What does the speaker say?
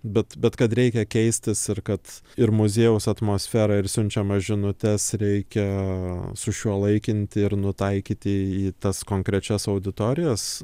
bet bet kad reikia keistis ir kad ir muziejaus atmosferą ir siunčiamas žinutes reikia sušiuolaikinti ir nutaikyti į tas konkrečias auditorijas